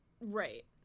Right